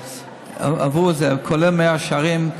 כולל מאה שערים,